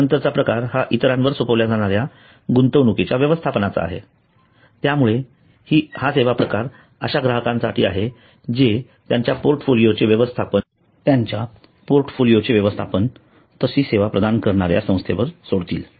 त्यानंतरचा प्रकार हा इतरांवर सोपवल्या जाणाऱ्या गुंतवणुकीचे व्यवस्थापनाचा आहे त्यामुळे हा सेवा प्रकार अशा ग्राहकांसाठी आहे जे त्यांच्या पोर्टफोलिओचे व्यवस्थापन तशी सेवा प्रदान करणाऱ्या संस्थेवर सोडतील